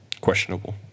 Questionable